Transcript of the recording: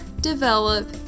develop